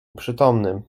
przytomnym